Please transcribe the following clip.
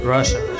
Russia